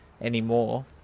anymore